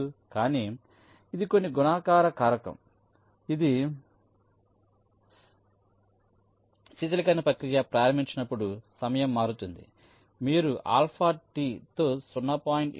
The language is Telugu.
95 కానీ ఇది కొన్ని గుణకార కారకం ఇది శీతలీకరణ ప్రక్రియ ప్రారంభమైనప్పుడు సమయం మారుతుందిమీరు ఆల్ఫా టి తో 0